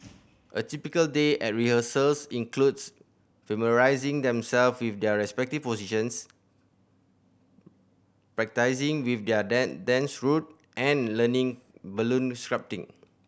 a typical day at rehearsals includes familiarising themselves with their respective positions practising with their dance routine and learning balloon sculpting